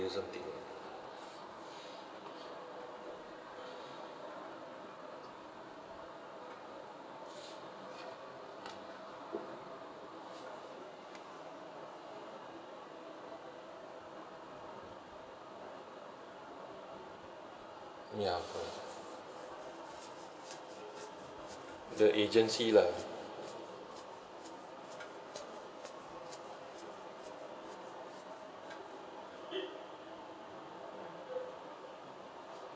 tourism thing ah ya correct the agency lah